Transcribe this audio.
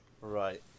right